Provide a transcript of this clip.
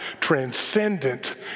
transcendent